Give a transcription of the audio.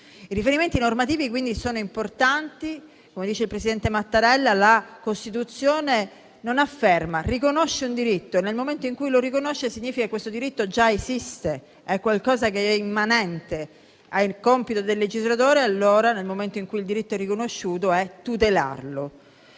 I riferimenti normativi quindi sono importanti; come dice il presidente Mattarella, la Costituzione non afferma, riconosce un diritto e, nel momento in cui lo riconosce, significa questo diritto già esiste, è qualcosa che è immanente. Il compito del legislatore, allora, nel momento in cui il diritto è riconosciuto, è tutelarlo.